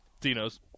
Dino's